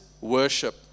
worship